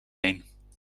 heen